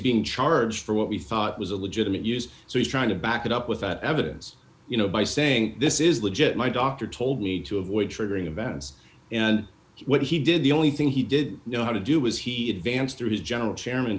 being charged for what we thought was a legitimate use so he's trying to back it up with that evidence you know by saying this is legit my doctor told me to avoid triggering events and what he did the only thing he did know how to do was he advanced through his general chairman